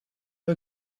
her